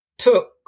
took